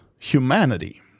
humanity